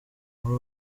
muri